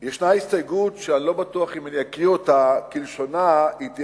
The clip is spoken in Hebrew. יש הסתייגות שאני לא בטוח שאם אני אקרא כלשונה היא תהיה